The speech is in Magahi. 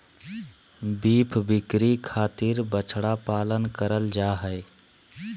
बीफ बिक्री खातिर बछड़ा पालन करल जा हय